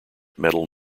metal